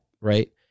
right